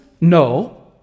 No